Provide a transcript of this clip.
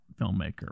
filmmaker